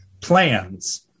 Plans